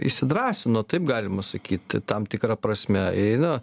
įsidrąsino taip galima sakyt tam tikra prasme na